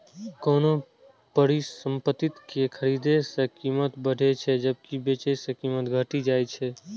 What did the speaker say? कोनो परिसंपत्ति कें खरीदने सं कीमत बढ़ै छै, जबकि बेचै सं कीमत घटि जाइ छै